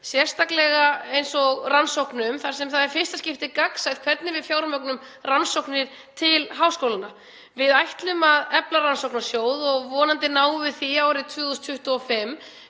sérstaklega í rannsóknum þar sem það er í fyrsta skipti gagnsætt hvernig við fjármögnum rannsóknir til háskólanna. Við ætlum að efla Rannsóknasjóð og vonandi náum við því árið 2025.